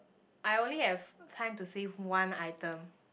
I only have time to save one item